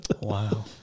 Wow